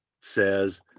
says